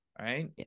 Right